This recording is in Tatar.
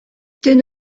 төн